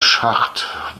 schacht